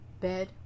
bed